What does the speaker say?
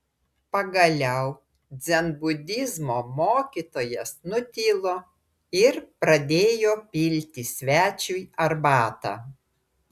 pagaliau dzenbudizmo mokytojas nutilo ir pradėjo pilti svečiui arbatą